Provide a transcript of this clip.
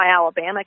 Alabama